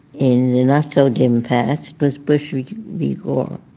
in the not so dim past was bush v. gore.